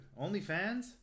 OnlyFans